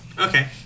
Okay